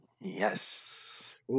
Yes